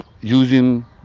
using